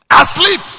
Asleep